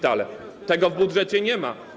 Tego w budżecie nie ma.